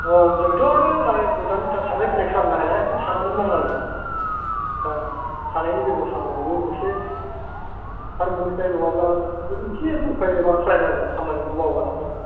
औ जोंथ' आरोलाय गोजाननि थांलाय फैलाय खालामनो हाया बेखायनो थानानै मावनांगोन दा थानायनि बेबस्थाफोरखौबो मोनसे सारमोननिफ्राय नङाब्ला एसे जखायै माबा खालायनांगोन खामानिखौ मावब्लाथ'